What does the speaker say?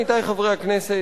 עמיתי חברי הכנסת,